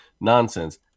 nonsense